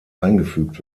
eingefügt